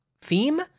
theme